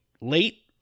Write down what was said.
late